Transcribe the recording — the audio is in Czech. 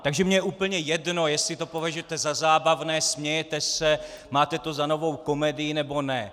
Takže mně je úplně jedno, jestli to považujete za zábavné, smějete se, máte to za novou komedii, nebo ne.